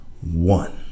one